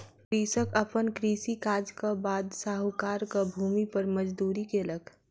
कृषक अपन कृषि काजक बाद साहूकारक भूमि पर मजदूरी केलक